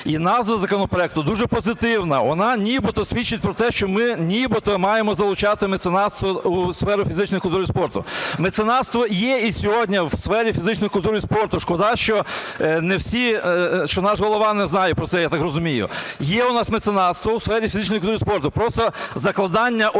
І назва законопроекту дуже позитивна. Вона нібито, свідчить про те, що ми нібито маємо залучати меценатство у сферу фізичної культури і спорту. Меценатство є і сьогодні у сфері фізичної культури і спорту. Шкода, що не всі, що наш голова не знає про це, я так розумію. Є у нас меценатство у сфері фізичної культури і спорту. Просто закладання основ під